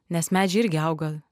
nes medžiai irgi auga